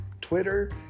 Twitter